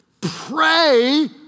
Pray